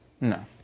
No